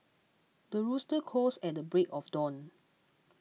the rooster crows at the break of dawn